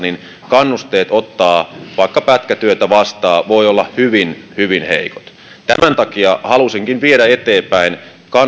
kannusteet ottaa vaikka pätkätyötä vastaan voivat olla hyvin hyvin heikot tämän takia halusinkin viedä eteenpäin kannustinloukkuja